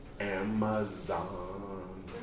Amazon